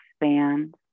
expand